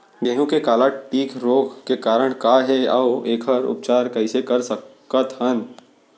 गेहूँ के काला टिक रोग के कारण का हे अऊ एखर उपचार कइसे कर सकत हन?